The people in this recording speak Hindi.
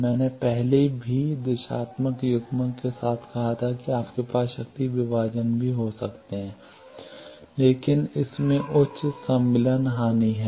मैंने पहले भी दिशात्मक युग्मक के साथ कहा था कि आपके पास शक्ति विभाजन भी हो सकते हैं लेकिन इसमें उच्च सम्मिलन हानि है